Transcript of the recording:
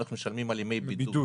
אנחנו משלמים על ימי בידוד.